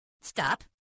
Stop